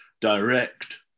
direct